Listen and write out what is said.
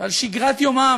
ועל שגרת יומם